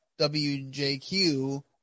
WJQ